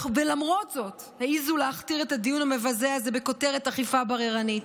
ולמרות זאת העזו להכתיר את הדיון המבזה הזה בכותרת "אכיפה בררנית".